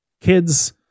kids